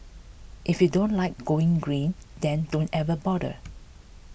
if you don't like going green then don't even bother